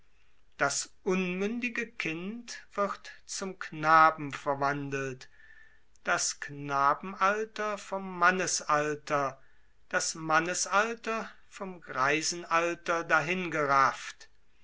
das unmündige kind wird zum knaben verwandelt das knabenalter vom mannesalter das mannesalter vom greisenalter dahingerafft